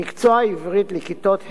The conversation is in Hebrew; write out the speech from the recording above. במקצוע העברית בכיתות ה'